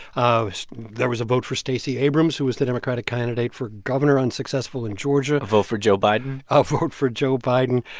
ah so there was a vote for stacey abrams, who was the democratic candidate for governor unsuccessful in georgia a vote for joe biden ah a vote for joe biden.